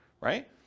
right